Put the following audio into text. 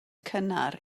cynnar